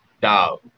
dog